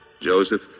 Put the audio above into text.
Joseph